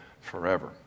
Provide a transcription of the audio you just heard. forever